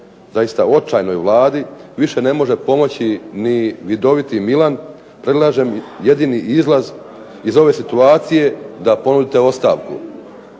zaista očajnoj Vladi više ne može pomoći ni vidoviti Milan, predlažem jedini izlaz iz ove situacije da ponudite ostavku.